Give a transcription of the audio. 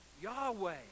Yahweh